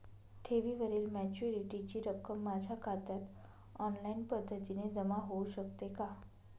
ठेवीवरील मॅच्युरिटीची रक्कम माझ्या खात्यात ऑनलाईन पद्धतीने जमा होऊ शकते का?